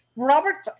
Robert